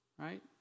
Right